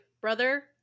brother